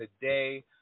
today